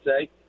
say